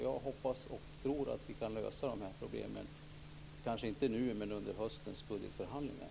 Jag hoppas och tror att vi kan lösa de här problemen, kanske inte nu men under höstens budgetförhandlingar.